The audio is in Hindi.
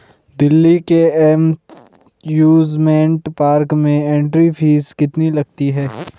दिल्ली के एमयूसमेंट पार्क में एंट्री फीस कितनी लगती है?